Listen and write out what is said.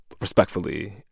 respectfully